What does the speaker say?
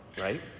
right